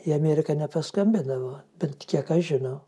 į ameriką nepaskambindavo bent kiek aš žinau